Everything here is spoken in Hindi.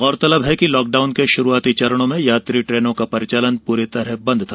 गौरतलब है कि लॉकडाउन के शुरुआती चरणों में यात्री ट्रेनों का परिचालन पूरी तरह बंद था